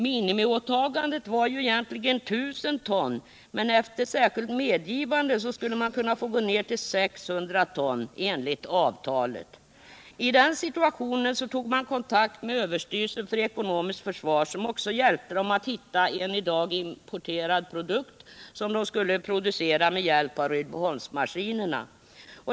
Minimiåtagandet var ju egentligen 1 000 ton, men efter särskilt medgivande skulle man kunna få gå ned till 600 ton enligt avtalet. I den situationen tog man kontakt med överstyrelsen för ekonomiskt försvar, som också hjälpte företaget att hitta en i dag importerad produkt som skulle produceras med hjälp av Rydboholmsmaskinerna.